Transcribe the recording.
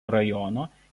rajono